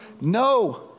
no